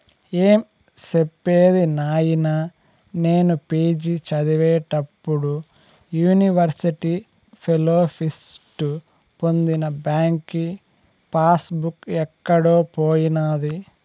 ఏం సెప్పేది నాయినా, నేను పి.జి చదివేప్పుడు యూనివర్సిటీ ఫెలోషిప్పు పొందిన బాంకీ పాస్ బుక్ ఎక్కడో పోయినాది